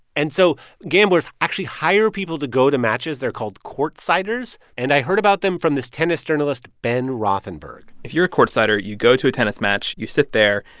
and so gamblers actually hire people to go to matches. they're called courtsiders. and i heard about them from this tennis journalist ben rothenberg if you're a courtsider, you go to a tennis match. you sit there,